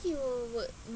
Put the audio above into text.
it will work in